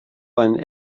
einen